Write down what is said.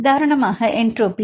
உதாரணமாக என்ட்ரோபி